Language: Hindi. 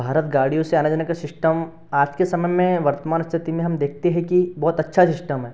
भारत गाड़ियों से आने जाने का सिस्टम आज के समय में वर्तमान स्थिति में हम देखते हैं कि बहुत अच्छा सिस्टम है